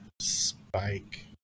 Spike